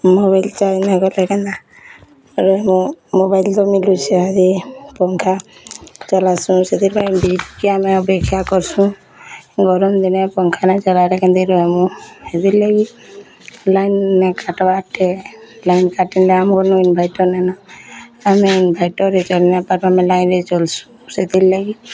mobile charge ନାଇଁ କଲେ କେନ୍ତା ରହେମୁଁ ମୋବାଇଲ୍ ମିଲୁଛେ ଇହାଦେ ପଙ୍ଖା ଚଲାସୁଁ ସେଥିର୍ ଲାଗି କେନେ ଅପେକ୍ଷା କର୍ ସୁଁ ଗରମ୍ ଦିନିଆ ପଙ୍ଖା ନାଇ ଚଲାଲେ କେନ୍ତି ରହେମୁଁ ହେଥିର୍ ଲାଗି ଲାଇନ୍ ନାଇଁ କାଟ୍ ବାର୍ ଟେ ଲାଇନ୍ କାଟ୍ ଲେ ଆମର୍ ଇନଭେଟର୍ ନାଇଁ ନ ଆମେ ଇନଭେଟର୍ ରେ ଆମେ ଚଲି ନାଇଁପାରୁ ଆମେ ଲାଇନ୍ ରେ ଚଲ୍ ସୁଁ ସେଥିର୍ ଲାଗି